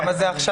כמה זה עכשיו?